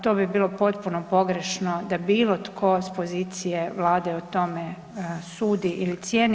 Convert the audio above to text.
To bi bilo potpuno pogrešno da bilo tko s pozicije Vlade o tome sudi ili cijeni.